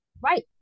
Right